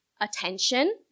attention